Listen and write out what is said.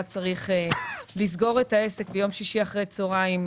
צריך לסגור את העסק ביום שישי אחרי הצוהריים,